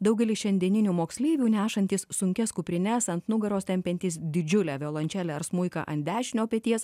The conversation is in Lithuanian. daugelis šiandieninių moksleivių nešantys sunkias kuprines ant nugaros tempiantys didžiulę violončelę ar smuiką ant dešinio peties